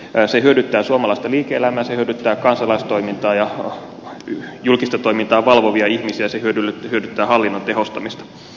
se hyödyttää suomalaista liike elämää se hyödyttää kansalaistoimintaa ja julkista toimintaa valvovia ihmisiä se hyödyttää hallinnon tehostamista